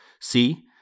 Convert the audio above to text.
See